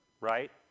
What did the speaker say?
right